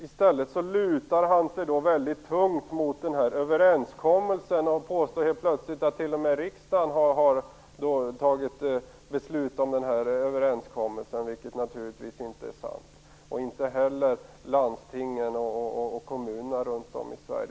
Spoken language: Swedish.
I stället lutar han sig mycket tungt mot denna överenskommelse. Han påstår helt plötsligt att t.o.m. riksdagen har fattat beslut om den här överenskommelsen, vilket naturligtvis inte är sant. Det har inte heller landstingen och kommunerna runt om i Sverige gjort.